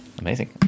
Amazing